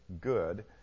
good